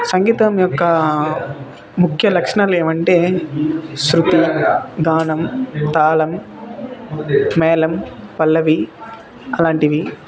సంగీతం యొక్క ముఖ్య లక్షణాలు ఏవంటే శృతి గానం తాళం మేళం పల్లవి అలాంటివి